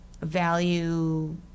value